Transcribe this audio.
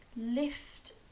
lift